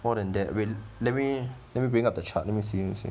more than that wait let me let me bring up the chart let me see let me see